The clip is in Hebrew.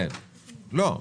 לא.